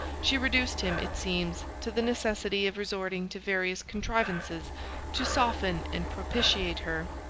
she reduced him, it seems, to the necessity of resorting to various contrivances to soften and propitiate her.